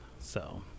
so-